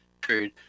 period